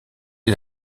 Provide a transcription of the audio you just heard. est